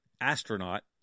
astronaut